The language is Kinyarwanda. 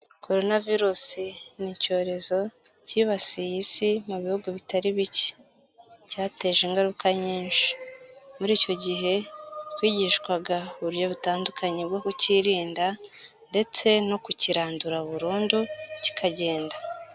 Corona virus ni icyorezo cyibasiye isi mu bihugu bitari bike. Cyateje ingaruka nyinshi. Muri icyo gihe twigishwaga uburyo butandukanye bwo kucyirinda ndetse no kukirandura burundu kikagenda.